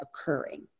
occurring